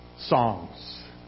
songs